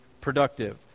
productive